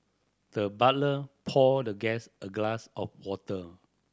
the butler poured the guest a glass of water